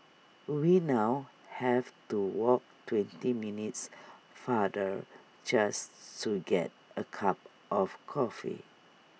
we now have to walk twenty minutes farther just to get A cup of coffee